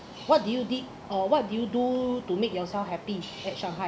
what did you did or what do you do to make yourself happy at shanghai